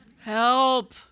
Help